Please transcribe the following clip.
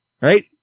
right